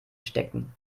steckten